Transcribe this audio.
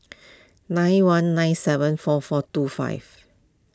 nine one nine seven four four two five